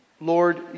Lord